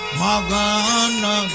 Magana